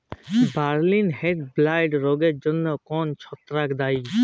বার্লির হেডব্লাইট রোগের জন্য কোন ছত্রাক দায়ী?